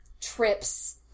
trips